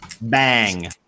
bang